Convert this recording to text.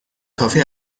کافی